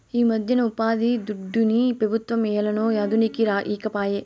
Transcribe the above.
ఈమధ్యన ఉపాధిదుడ్డుని పెబుత్వం ఏలనో అదనుకి ఈకపాయే